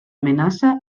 amenaça